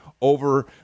over